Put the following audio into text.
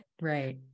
right